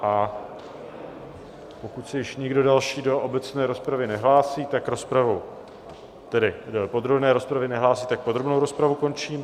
A pokud se již nikdo další do obecné rozpravy nehlásí, tak rozpravu tedy do podrobné rozpravy nehlásí tak podrobnou rozpravu končím.